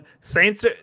saints